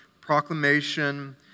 proclamation